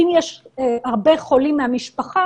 אם יש הרבה חולים מהמשפחה.